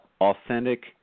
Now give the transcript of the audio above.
authentic